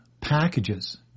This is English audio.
packages